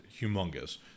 humongous